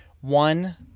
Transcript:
One